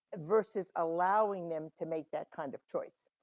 versus allowing them to make that kind of choice.